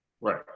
Right